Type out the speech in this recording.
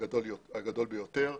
הגדול ביותר.